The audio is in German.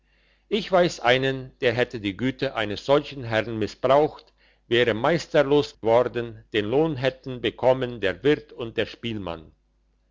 ich weiss einen der hätte die güte eines solchen herrn missbraucht wäre meisterlos worden den lohn hätten bekommen der wirt und der spielmann